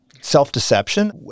self-deception